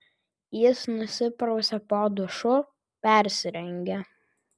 jis nusiprausė po dušu persirengė